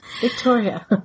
Victoria